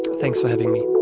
thanks for having me.